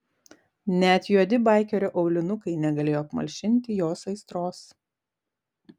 net juodi baikerio aulinukai negalėjo apmalšinti jos aistros